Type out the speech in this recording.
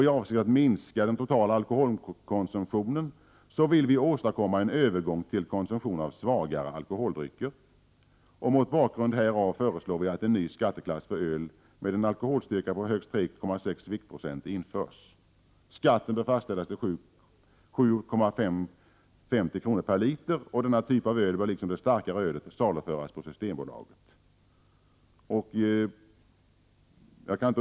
I avsikt att minska den totala alkoholkonsumtionen vill vi åstadkomma en övergång till konsumtion av svagare alkoholdrycker. Mot bakgrund härav föreslår vi att en ny skatteklass för öl med en alkoholstyrka om högst 3,6 viktprocent införs. Skatten bör fastställas till 7:50 kr. per liter. Denna typ av öl bör liksom det starkare ölet saluföras av Systembolaget.